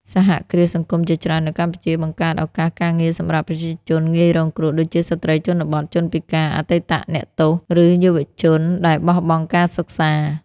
សហគ្រាសសង្គមជាច្រើននៅកម្ពុជា បង្កើតឱកាសការងារសម្រាប់ប្រជាជនងាយរងគ្រោះ ដូចជាស្ត្រីជនបទ ជនពិការ អតីតអ្នកទោស ឬយុវជនដែលបោះបង់ការសិក្សា។